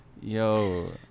Yo